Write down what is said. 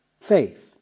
faith